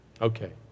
Okay